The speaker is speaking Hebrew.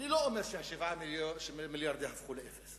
אני לא אומר ש-7 מיליארדים יהפכו לאפס,